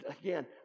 Again